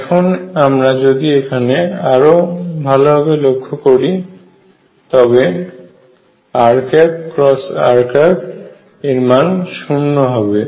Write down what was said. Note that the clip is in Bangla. এখন আমরা যদি এখানে আরো ভালোভাবে লক্ষ্য করি তবে rr এর মান শূন্য হবে